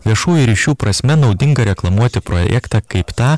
viešųjų ryšių prasme naudinga reklamuoti projektą kaip tą